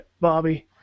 Bobby